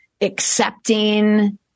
Accepting